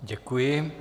Děkuji.